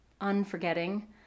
unforgetting